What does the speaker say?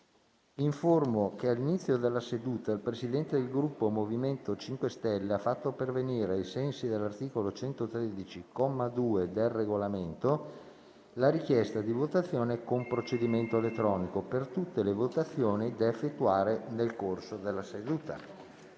che all'inizio della seduta il Presidente del Gruppo MoVimento 5 Stelle ha fatto pervenire, ai sensi dell'articolo 113, comma 2, del Regolamento, la richiesta di votazione con procedimento elettronico per tutte le votazioni da effettuare nel corso della seduta.